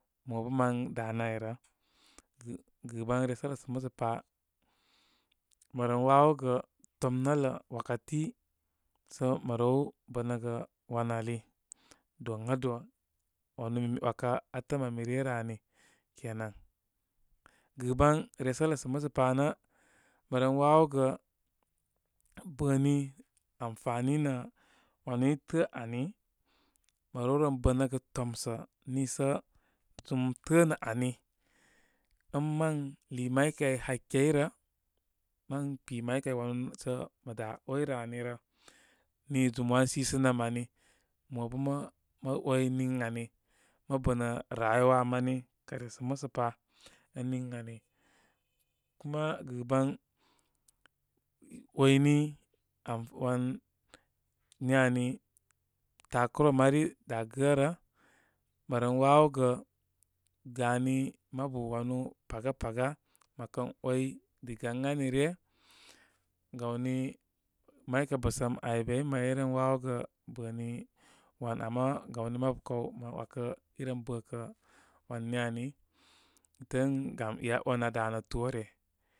Mo bə mən danə ayrə gɨban resələ sə musə pa, mə re wawow tomnələ wakati sə mə new bənəgə wan ali, donado. Wanti mi mi wakə atəni ami ryə yə ani konan. Giban resələ sə musə panə gə wanu i də ani. illə rew ren bənəgə tomsə nii sə zum dəə nə ani. ən mə lu may kay hakey rə, mən kpi may kay wanu sə mə da 'way rə ani rə. Ni zum wan sisənəm ani, mo bə mə mə 'way nigani. Mə bənə rayuwa mani kə risə musəpa, ən nin ani. Kuma gɨ ban 'wayni amfa wan ni ani. Takurə mari da gərə'. Mə ren wawogə gani mabu wanu paga, paga mə kə 'way diga ən ani ryə. Gawni may kə' bə səm aibei, mə rey ren wawogə bəni wan, ama, gawni mabu kaw ma 'wakə, i ren bə' kə wan ni ani, i tə'ə' ən gam e'en aa da nə toore.